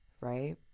right